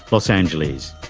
los angeles.